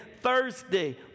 Thursday